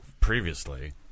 Previously